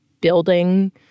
building